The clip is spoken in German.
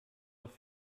auf